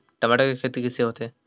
टमाटर के खेती कइसे होथे?